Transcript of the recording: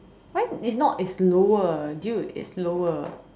why is not is lower dude it's lower